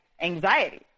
anxiety